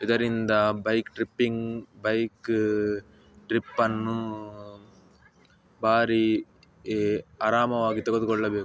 ಇದರಿಂದ bike tripping bike ಟ್ರಿಪ್ಪನ್ನು ಭಾರಿ ಆರಾಮವಾಗಿ ತೆಗೆದುಕೊಳ್ಳಬೇಕು